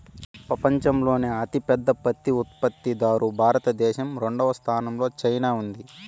పపంచంలోనే అతి పెద్ద పత్తి ఉత్పత్తి దారు భారత దేశం, రెండవ స్థానం లో చైనా ఉంది